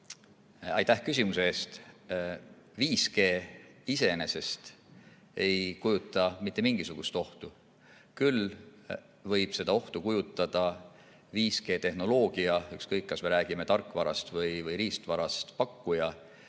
Aitäh küsimuse eest! 5G iseenesest ei kujuta mitte mingisugust ohtu, küll võib endast ohtu kujutada 5G‑tehnoloogia – ükskõik, kas me räägime tarkvarast või riistvarast –, kui